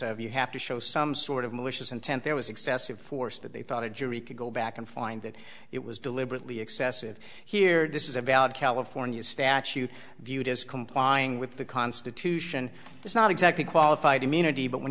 of you have to show some sort of malicious intent there was excessive force that they thought a jury could go back and find that it was deliberately excessive here this is a valid california statute viewed as complying with the constitution that's not exactly qualified immunity but when